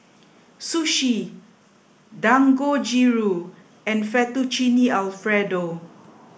Sushi Dangojiru and Fettuccine Alfredo